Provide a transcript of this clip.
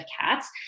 cats